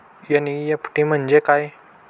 NEFT म्हणजे काय?